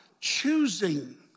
choosing